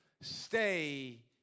stay